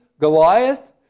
Goliath